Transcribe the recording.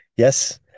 Yes